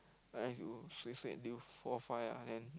uh you suay suay until four five ah then